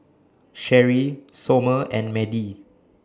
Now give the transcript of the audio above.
Sherry Somer and Madie